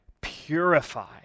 purify